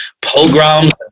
pogroms